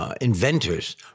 inventors